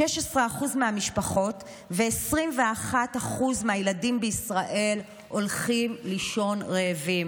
16% מהמשפחות ו-21% מהילדים בישראל הולכים לישון רעבים.